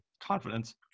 confidence